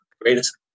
greatest